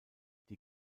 die